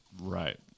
Right